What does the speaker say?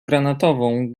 granatową